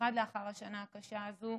במיוחד לאחר השנה הקשה הזאת,